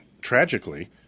tragically